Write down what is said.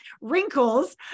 wrinkles